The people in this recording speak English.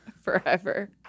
Forever